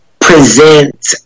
Present